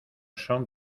son